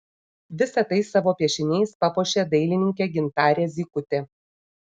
visa tai savo piešiniais papuošė dailininkė gintarė zykutė